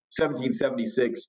1776